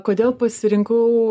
kodėl pasirinkau